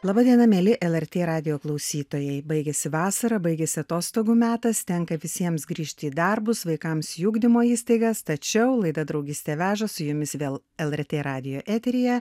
laba diena mieli lrt radijo klausytojai baigėsi vasara baigėsi atostogų metas tenka visiems grįžti į darbus vaikams į ugdymo įstaigas tačiau laida draugystė veža su jumis vėl lrt radijo eteryje